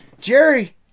Jerry